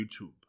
YouTube